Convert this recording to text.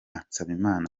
nsabimana